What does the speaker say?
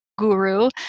Guru